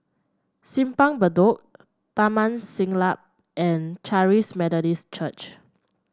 Simpang Bedok Taman Siglap and Charis Methodist Church